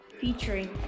featuring